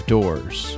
Doors